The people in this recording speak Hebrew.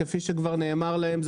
כפי שכבר נאמר להם,